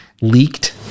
leaked